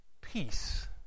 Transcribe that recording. peace